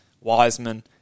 Wiseman